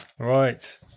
Right